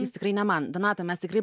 jis tikrai ne man donata mes tikrai